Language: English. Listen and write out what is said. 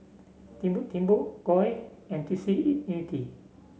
Timbuk Timbuk Koi and T C Unity